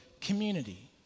community